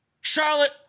Charlotte